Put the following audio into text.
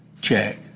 check